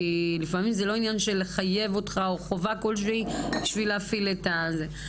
כי לפעמים זה לא עניין של חובה כלשהי בשביל להפעיל את זה.